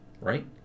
Right